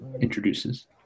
introduces